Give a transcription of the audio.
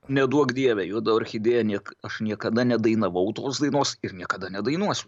neduok dieve juoda orchidėja niek aš niekada nedainavau tos dainos ir niekada nedainuosiu